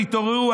תתעוררו.